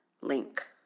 link